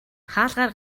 хаалгаар